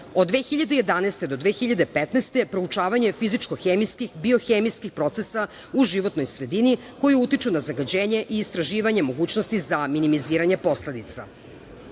od 2011. do 2015. godine - proučavanje fizičko-hemijskih, biohemijskih procesa u životnoj sredini koji utiču na zagađenje i istraživanje mogućnosti za minimiziranje posledica. Od